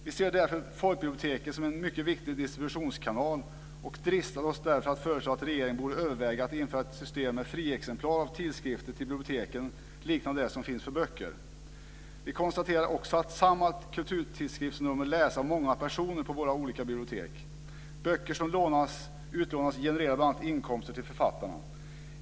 Vi ser därför folkbiblioteken som en mycket viktig distributionskanal och dristar oss att föreslå att regeringen borde överväga att införa ett system med friexemplar av tidskrifter till biblioteken liknande det som finns för böcker. Vi konstaterar också att samma kulturtidskriftsnummer läses av många personer på våra olika bibliotek. Böcker som utlånas genererar bl.a. inkomster till författarna.